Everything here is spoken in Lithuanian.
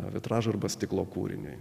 o vitražo arba stiklo kūriniui